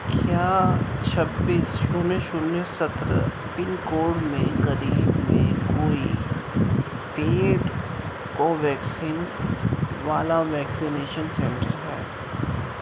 کیا چھبیس شونیہ شونیہ سترہ پن کوڈ میں قریب میں کوئی پیڈ کوویکسین والا ویکسینیشن سینٹر ہے